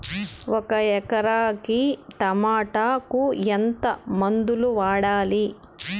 ఒక ఎకరాకి టమోటా కు ఎంత మందులు వాడాలి?